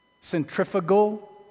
Centrifugal